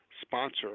sponsor